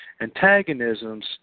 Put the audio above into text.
antagonisms